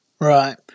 Right